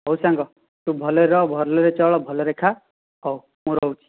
ହଉ ସାଙ୍ଗ ତୁ ଭଲରେ ରହ ଭଲରେ ଚଳ ଭଲରେ ଖାଆ ହଉ ମୁଁ ରହୁଛି